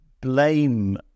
blame